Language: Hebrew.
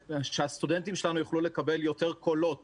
שהסטודנטים שלנו יוכלו לקבל יותר קולות